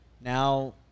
Now